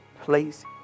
place